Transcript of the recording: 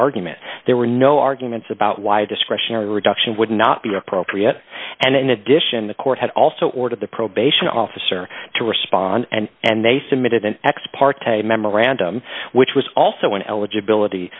argument there were no arguments about why a discretionary reduction would not be appropriate and in addition the court had also ordered the probation officer to respond and and they submitted an ex parte memorandum which was also an eligib